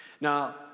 Now